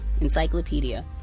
encyclopedia